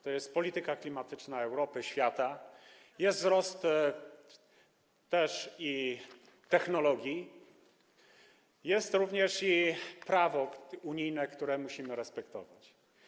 To jest polityka klimatyczna Europy, świata, to jest też rozwój technologii, to jest również prawo unijne, które musimy respektować.